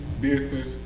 business